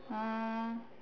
uh